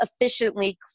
efficiently